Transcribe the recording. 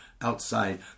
outside